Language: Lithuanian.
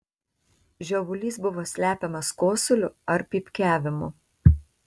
žiovulys buvo slepiamas kosuliu ar pypkiavimu